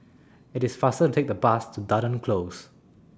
IT IS faster to Take The Bus to Dunearn Close